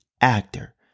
actor